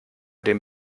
den